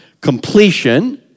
completion